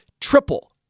TRIPLE